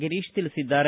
ಗಿರೀಶ್ ತಿಳಿಸಿದ್ದಾರೆ